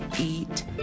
eat